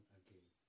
again